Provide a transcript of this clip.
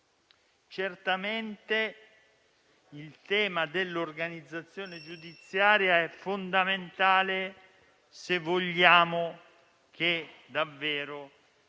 Certamente il tema dell'organizzazione giudiziaria è fondamentale, se vogliamo che davvero